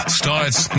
starts